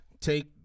take